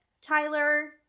tyler